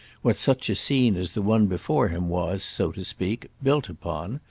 what such a scene as the one before him was, so to speak, built upon,